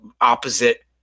opposite